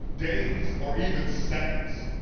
days or even seconds.